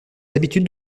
habitudes